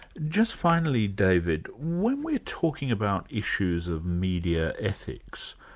just finally david, when we're talking about issues of media ethics,